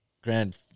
grand